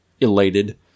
elated